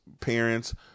parents